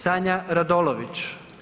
Sanja Radolović.